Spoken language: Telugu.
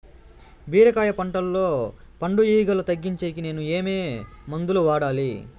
బీరకాయ పంటల్లో పండు ఈగలు తగ్గించేకి నేను ఏమి మందులు వాడాలా?